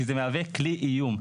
כי זה מהווה כלי איום.